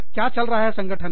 क्या चल रहा है संगठन में